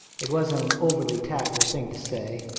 it wasn't an overly tactful thing to say.